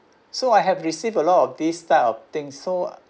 so I have receive a lot of this type of thing so